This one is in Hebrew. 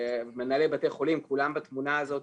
ומנהלי בתי החולים כולם בתמונה הזאת.